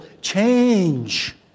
change